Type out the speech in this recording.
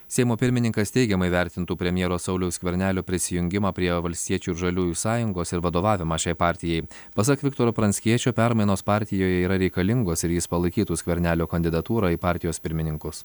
seimo pirmininkas teigiamai vertintų premjero sauliaus skvernelio prisijungimą prie valstiečių ir žaliųjų sąjungos ir vadovavimą šiai partijai pasak viktoro pranckiečio permainos partijoje yra reikalingos ir jis palaikytų skvernelio kandidatūrą į partijos pirmininkus